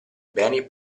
beni